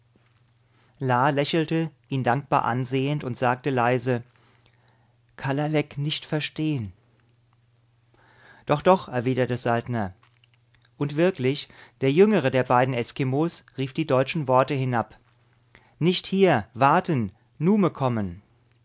lächelte ihn dankbar ansehend und sagte leise kalalek nicht verstehen doch doch erwiderte saltner und wirklich der jüngere der beiden eskimos rief die deutschen worte hinab nicht hier warten nume kommen